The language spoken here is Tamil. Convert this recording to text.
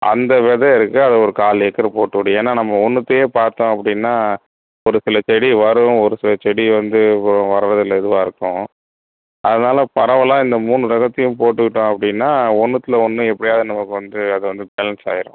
அந்த வித இருக்கு அதை ஒரு கால் ஏக்கரு போட்டுவிடு ஏன்னா நம்ம ஒன்றுத்தையே பார்த்தோம் அப்படினா ஒரு சில செடி வரும் ஒரு சில செடி வந்து வர்றதுல இதுவாக இருக்கும் அதனால் பரவாயில்லை இந்த மூணு ரகத்தியும் போட்டுக்கிட்டோம் அப்படினா ஒன்றுத்துல ஒன்று எப்படியாவது நமக்கு வந்து அது வந்து பேலன்ஸ் ஆயிரும்